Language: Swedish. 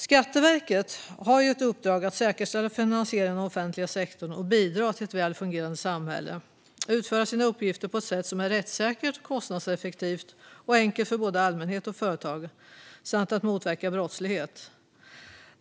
Skatteverket har i uppdrag att säkerställa finansieringen av den offentliga sektorn, bidra till ett väl fungerande samhälle och utföra sina uppgifter på ett sätt som är rättssäkert, kostnadseffektivt och enkelt för både allmänhet och företag, samt motverka brottslighet.